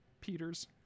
Peters